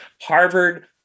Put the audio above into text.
Harvard